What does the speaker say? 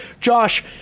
Josh